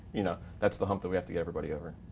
you know, that's the hump that we have to get everybody over.